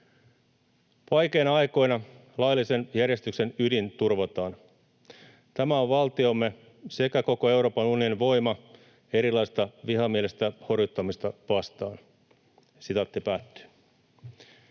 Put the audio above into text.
”Vaikeinakin aikoina laillisen järjestyksen ydin turvataan. Tämä on valtiomme sekä koko Euroopan unionin voima erilaista vihamielistä horjuttamista vastaan.” Näissä